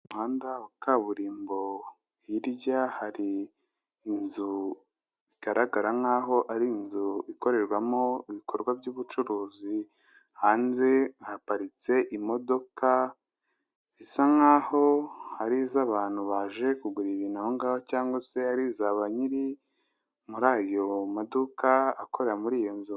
Umuhanda wa kaburimbo, hirya hari inzu igaragara nkaho ari inzu ikorerwamo ibikorwa by'ubucuruzi. Hanze haparitse imodoka zisa nkaho ari iz'abantu baje kugura ibintu aho ngaho cyangwa se ari i iza banyiri muri ayo maduka akorera muri iyo nzu.